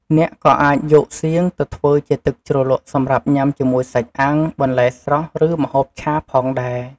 អ្នកក៏អាចយកសៀង ទៅធ្វើជាទឹកជ្រលក់សម្រាប់ញ៉ាំជាមួយសាច់អាំង បន្លែស្រស់ ឬម្ហូបឆាផងដែរ។